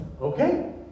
Okay